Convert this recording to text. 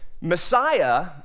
Messiah